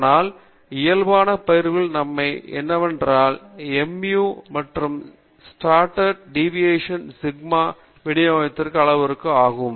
ஆனால் இயல்பான பகிர்வில் நன்மை என்னவென்றால் mu மற்றும் ஸ்டாண்டர்ட் டேவிட்டின் சிக்மா விநியோகத்தின் அளவுருக்கள் ஆகும்